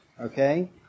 Okay